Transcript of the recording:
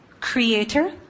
Creator